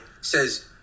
says